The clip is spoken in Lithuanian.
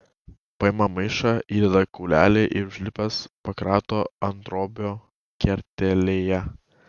paima maišą įdeda kaulelį ir užlipęs pakrato anttrobio kertelėje